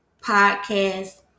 podcast